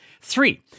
Three